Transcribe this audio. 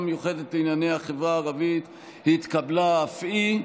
מיוחדת לענייני החברה הערבית התקבלה אף היא.